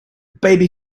baby